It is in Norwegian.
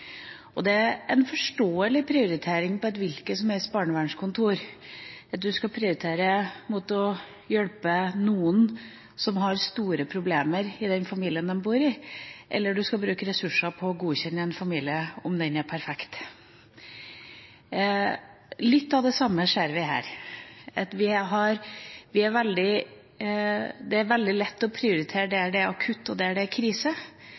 og godkjenne fosterforeldre, tar det veldig lang tid. Det er en forståelig prioritering på et hvilket som helst barnevernskontor – skal en prioritere å hjelpe noen som har store problemer i den familien de bor i, eller skal en bruke ressurser på å godkjenne en familie, om den er perfekt. Litt av det samme ser vi her, at det er veldig lett å prioritere der det er akutt, og der det er krise,